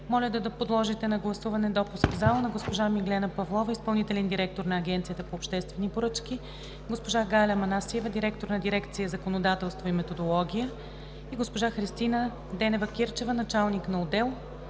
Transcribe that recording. моля да подложите на гласуване допуск в залата на госпожа Миглена Павлова – изпълнителен директор на Агенцията по обществени поръчки, госпожа Галя Манасиева – директор на дирекция „Законодателство и методология“, и госпожа Христина Денева-Кирчева – началник на отдел